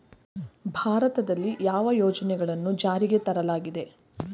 ಭಾರತದಲ್ಲಿ ಯಾವ ಯೋಜನೆಗಳನ್ನು ಜಾರಿಗೆ ತರಲಾಗಿದೆ?